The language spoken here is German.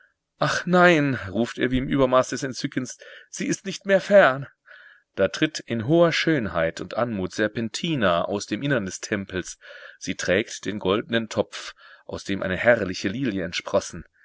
ach nein ruft er wie im übermaß des entzückens sie ist nicht mehr fern da tritt in hoher schönheit und anmut serpentina aus dem innern des tempels sie trägt den goldnen topf aus dem eine herrliche lilie entsprossen